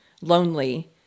lonely